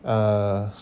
err